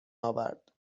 اورد